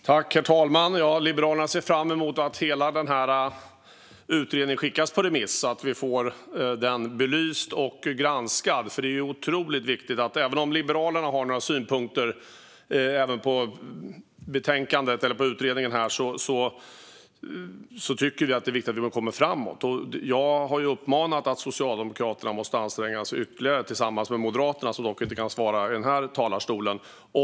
Herr talman! Liberalerna ser fram emot att hela utredningen skickas på remiss så att vi får den belyst och granskad. Även om Liberalerna har några synpunkter på utredningen tycker vi att det är otroligt viktigt att man kommer framåt. Jag har ju uppmanat Socialdemokraterna att anstränga sig ytterligare tillsammans med Moderaterna, som dock inte kan svara i den här talarstolen.